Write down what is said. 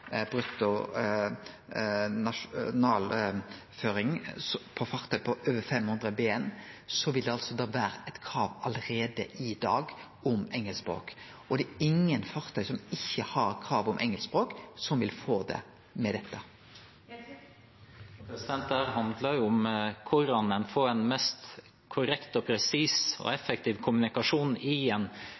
om engelsk språk. På fartøy i nasjonal fart over 500 bruttotonn vil det allereie i dag vere eit krav om engelsk språk, og det er ingen fartøy som ikkje har krav om engelsk språk, som vil få det med dette. Dette handler om hvordan en får en mest korrekt, presis og effektiv kommunikasjon